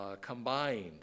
combined